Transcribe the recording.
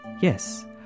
Yes